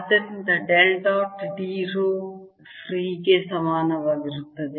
ಆದ್ದರಿಂದ del dot d rho free ಗೆ ಸಮಾನವಾಗಿರುತ್ತದೆ